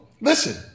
Listen